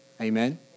Amen